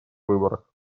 выборах